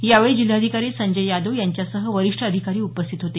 यावेळी जिल्हाधिकारी संजय यादव यांच्यासह वरीष्ठ अधिकारी उपस्थित होते